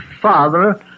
father